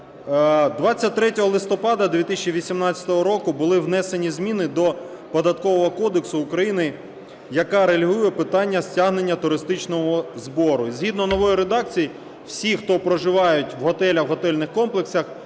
23 листопада 2018 року були внесені зміни до Податкового кодексу України, яка регулює питання стягнення туристичного збору. І згідно нової редакції всі, хто проживають у готелях, в готельних комплексах,